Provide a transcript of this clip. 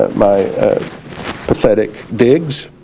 my pathetic digs